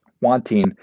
Wanting